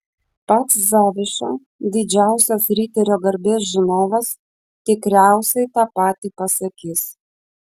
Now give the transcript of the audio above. pats zaviša didžiausias riterio garbės žinovas tikriausiai tą patį pasakys